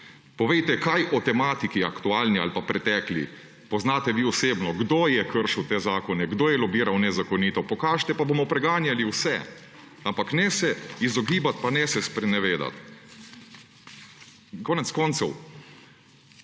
Povejte kaj o tematiki, aktualni ali pa pretekli, poznate vi osebno, kdo je kršil te zakone, kdo je lobiral nezakonito? Pokažite, pa bomo preganjali vse, ampak ne se izogibati, pa ne se sprenevedati. Konec koncev,